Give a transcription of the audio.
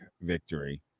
victory